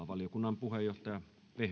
valiokunnan puheenjohtaja vehviläinen